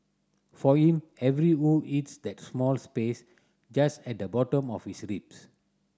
for him every hue hits that small space just at the bottom of his ribs